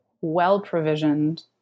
well-provisioned